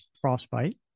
frostbite